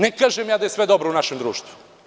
Ne kažem da je sve dobro u našem društvu.